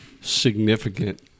significant